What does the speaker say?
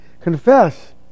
confess